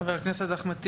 חבר הכנסת אחמד טיבי.